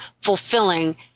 fulfilling